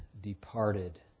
departed